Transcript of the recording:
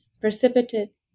precipitate